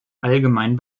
allgemein